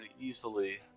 easily